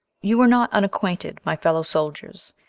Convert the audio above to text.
you are not unacquainted, my fellow soldiers,